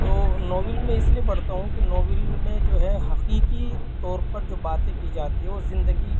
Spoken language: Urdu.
تو ناول میں اس لیے پڑھتا ہوں کہ ناول میں جو ہے حقیقی طور پر جو باتیں کی جاتی ہیں وہ زندگی